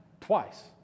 twice